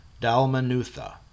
Dalmanutha